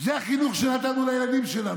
זה החינוך של הילדים שלנו.